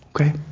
Okay